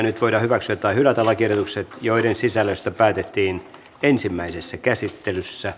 nyt voidaan hyväksyä tai hylätä lakiehdotukset joiden sisällöstä päätettiin ensimmäisessä käsittelyssä